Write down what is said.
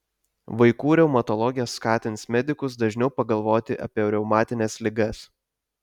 vaikų reumatologė skatins medikus dažniau pagalvoti apie reumatines ligas